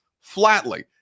flatly